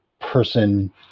person